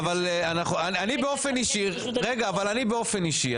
אני באופן אישי,